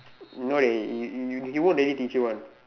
no dey you you he won't really teach you one